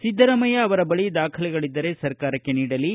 ಸಿದ್ದರಾಮಯ್ಯ ಅವರ ಬಳಿ ದಾಖಲೆಗಳಿದ್ದರೆ ಸರ್ಕಾರಕ್ಕೆ ನೀಡಲಿ